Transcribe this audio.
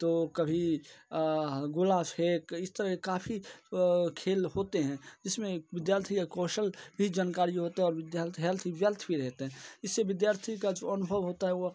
तो कभी गोला फेंक इस तरह काफ़ी खेल होते हैं जिसमें विद्यार्थी का कौशल भी जानकारी होता है और विद्यार्थी हेल्थ वेल्थ भी रहते हैं इससे विद्यार्थी का जो अनुभव होता है वह